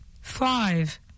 five